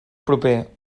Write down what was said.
proper